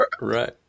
right